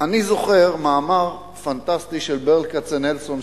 זוכר מאמר פנטסטי של ברל כצנלסון,